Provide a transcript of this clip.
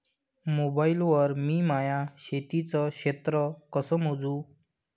Mobile वर मी माया शेतीचं क्षेत्र कस मोजू?